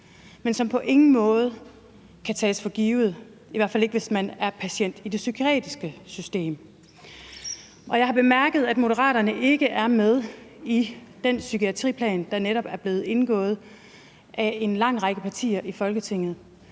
men som på ingen måde kan tages for givet, i hvert fald ikke hvis man er patient i det psykiatriske system. Jeg har bemærket, at Moderaterne ikke er med i den psykiatriplan, der netop er blevet indgået af en lang række partier i Folketinget,